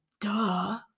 duh